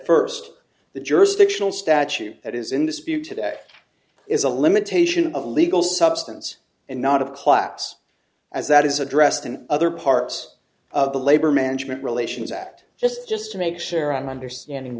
first the jurisdictional statute that is in dispute that is a limitation of legal substance and not of collapse as that is addressed in other parts of the labor management relations act just just to make sure i'm understanding